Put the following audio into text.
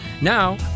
Now